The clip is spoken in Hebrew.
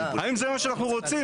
האם זה מה שאנחנו רוצים?